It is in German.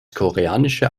koreanische